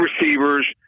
receivers